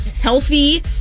healthy